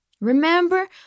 Remember